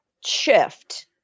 shift